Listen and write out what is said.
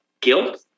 guilt